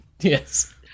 Yes